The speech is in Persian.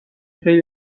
خیلی